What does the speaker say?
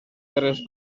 terres